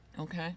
Okay